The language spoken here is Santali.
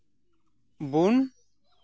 ᱵᱩᱱ